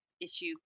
issue